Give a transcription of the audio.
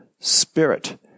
Spirit